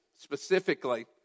specifically